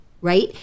Right